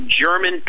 German